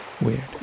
Weird